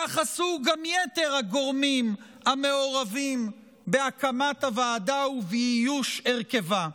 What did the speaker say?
כך עשו גם יתר הגורמים המעורבים בהקמת הוועדה ובאיוש הרכבה.